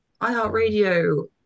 iHeartRadio